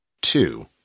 Two